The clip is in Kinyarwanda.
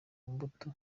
mbuto